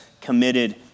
committed